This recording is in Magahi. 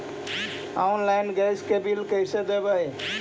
आनलाइन गैस के बिल कैसे देबै?